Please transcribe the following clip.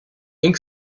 ink